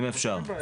אם אפשר.